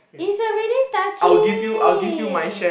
it's already touching